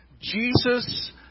Jesus